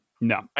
No